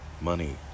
money